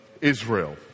Israel